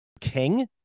King